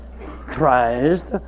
Christ